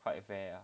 quite fair ah